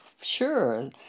sure